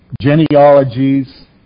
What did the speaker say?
genealogies